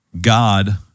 God